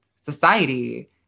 society